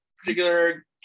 particular